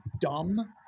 dumb